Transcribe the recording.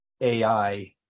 AI